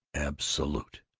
absolute!